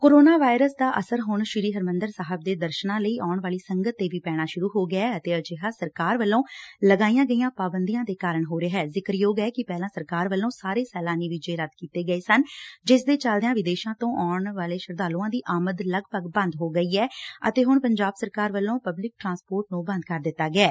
corona virus ਦਾ ਅਸਰ ਹੁਣ ਸ੍ਰੀ ਹਰਿਮੰਦਰ ਸਾਹਿਬ ਦੇ ਦਰਸ਼ਨਾਂ ਲਈ ਆਉਣ ਵਾਲੀ ਸੰਗਤ ਤੇ ਵੀ ਪੈਣਾ ਸ਼ੁਰੂ ਹੋ ਗਿਐ ਅਤੇ ਅਜਿਹਾ ਸਰਕਾਰ ਵੱਲੋਂ ਲਗਾਈਆਂ ਗਈਆਂ ਪਾਬੰਦੀਆਂ ਦੇ ਕਾਰਨ ਹੋ ਰਿਹੈ ਜ਼ਿਕਰਯੋਗ ਐ ਕਿੱ ਪਹਿਲਾਂ ਸਰਕਾਰ ਵਲੋ ਸਾਰੇ ਸੈਲਾਨੀ ਵੀਜੇ ਰੱਦ ਕਰ ਦਿੱਤੇ ਗਏ ਸਨ ਜਿਸ ਦੇ ਚਲਦਿਆਂ ਵਿਦੇਸ਼ਾਂ ਤੋ ਆਉਣ ਸ਼ਰਧਾਲੁਆਂ ਦੀ ਆਮਦ ਲਗਭਗ ਬੰਦ ਹੋ ਗਈ ਅਤੇ ਹੁਣ ਪੰਜਾਬ ਸਰਕਾਰ ਵਲੋ ਪਬਲਿਕ ਟਰਾਂਸਪੋਰਟ ਨੂੰ ਬੰਦ ਕਰ ਦਿੱਤਾ ਗਿਐ